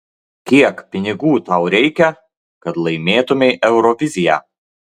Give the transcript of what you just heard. kiek pinigų tau reikia kad laimėtumei euroviziją